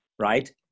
right